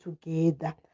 together